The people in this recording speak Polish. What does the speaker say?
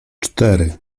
cztery